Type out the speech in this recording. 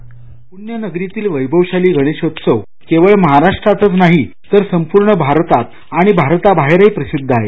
प्ण्यनगरीतील वैभवशाली गणेशोत्सव केवळ महाराष्ट्रातच नाही तर संपूर्ण भारतात आणि भारताबाहेरही प्रसिद्ध आहे